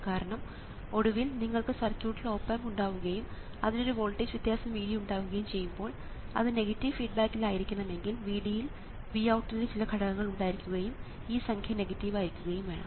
കാരണം ഒടുവിൽ നിങ്ങൾക്ക് സർക്യൂട്ടിൽ ഓപ് ആമ്പ് ഉണ്ടാവുകയും അതിന് ഒരു വോൾട്ടേജ് വ്യത്യാസം Vd ഉണ്ടാവുകയും ചെയ്യുമ്പോൾ അത് നെഗറ്റീവ് ഫീഡ്ബാക്കിൽ ആയിരിക്കണമെങ്കിൽ Vd യിൽ Vout ൻറെ ചില ഘടകങ്ങൾ ഉണ്ടായിരിക്കുകയും ഈ സംഖ്യ നെഗറ്റീവ് ആയിരിക്കുകയും വേണം